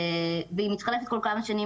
והיא מתחלפת כל כמה שנים,